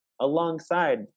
alongside